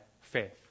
faith